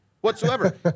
whatsoever